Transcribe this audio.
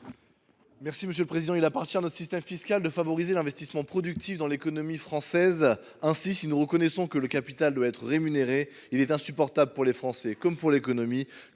M. Joshua Hochart. Il appartient à notre système fiscal de favoriser l’investissement productif dans l’économie française. Si nous reconnaissons que le capital doit être rémunéré, il est insupportable pour les Français, comme pour l’économie,